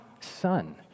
son